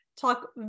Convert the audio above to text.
talk